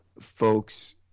folks